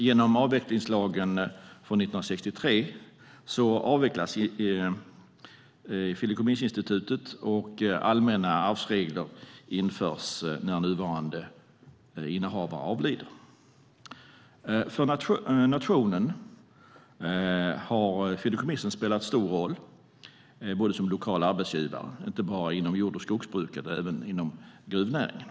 Genom avvecklingslagen från 1963 avvecklas fideikommissinstitutet, och allmänna arvsregler införs när nuvarande innehavare avlider. För nationen har fideikommissen spelat stor roll som lokala arbetsgivare, inte bara inom jord och skogsbruket utan också inom gruvnäringen.